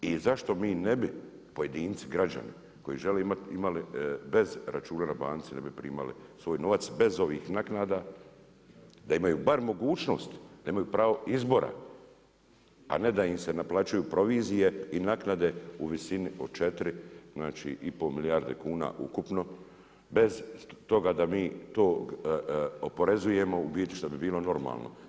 I zašto mi ne bi pojedinci, građani koji žele imati bez računa na banci ne bi primali svoj novac bez ovih naknada, da imaju bar mogućnost, da imaju pravo izbora, a ne da im se naplaćuju provizije i naknade u visini od 4 znači i pol milijarde kuna ukupno bez toga da mi to oporezujemo u biti što bi bilo normalno.